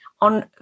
on